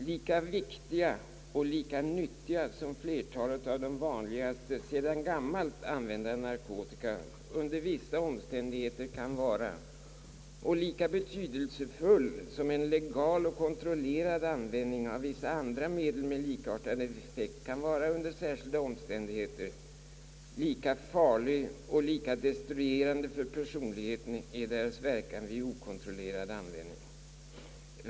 Lika viktiga och lika nyttiga som flertalet av de vanligaste sedan gammalt använda narkotikapreparaten under vissa omständigheter kan vara och lika betydelsefull som en legal och kontrollerad användning av vissa andra medel med likartad effekt kan vara under särskilda omständigheter, lika farlig och lika destruerande för personligheten är deras verkan vid okontrollerad användning.